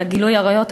על גילוי העריות,